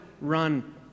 run